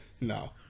No